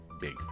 big